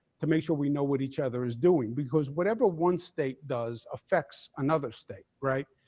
to make sure we know what each other is doing because, whatever one state does affects another state, right?